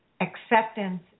acceptance